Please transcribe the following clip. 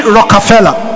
Rockefeller